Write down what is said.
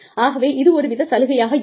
ஆகவே இது ஒரு வித சலுகையாக இருக்கும்